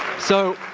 so